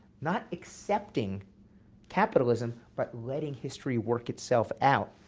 not accepting capitalism, but letting history work itself out,